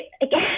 again